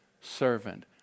servant